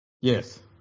Yes